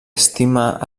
estima